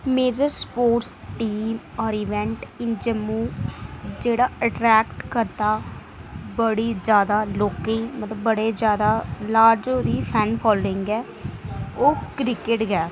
major sports team or events in Jammu जेह्ड़ा attract करदा बड़ी जादा लोकें गी मतलब बड़ी जादा लार्ज ओह्दी फैन फालोइंग ऐ ओह् क्रिकेट गे